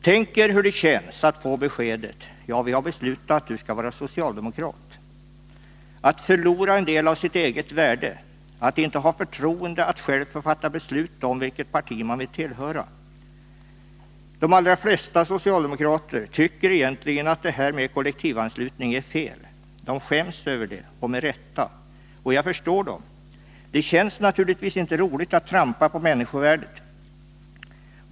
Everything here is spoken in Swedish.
Tänk er hur det känns att få beskedet: Ja, vi har beslutat att du skall vara socialdemokrat. Det innebär att man förlorar en del av sitt eget värde, att man inte har förtroendet att själv fatta beslut om vilket parti man vill tillhöra. De allra flesta socialdemokrater tycker egentligen att kollektivanslutningen är fel. De skäms över den — och det med rätta. Jag förstår dem. Det känns naturligtvis inte roligt att trampa på människovärdet.